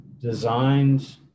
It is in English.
designed